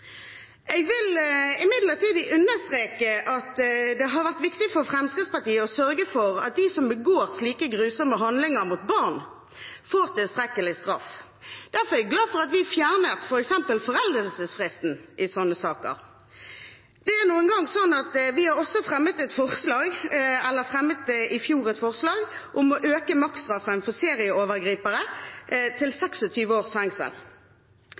Jeg vil imidlertid understreke at det har vært viktig for Fremskrittspartiet å sørge for at de som begår slike grusomme handlinger mot barn, får tilstrekkelig straff. Derfor er jeg glad for at vi f.eks. fjernet foreldelsesfristen i sånne saker. Det er nå engang sånn at vi i fjor fremmet et forslag om å øke maksstraffen for serieovergripere til